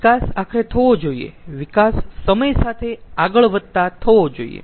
વિકાસ આખરે થવો જોઈએ વિકાસ સમય સાથે આગળ વધતા થવો જોઈયે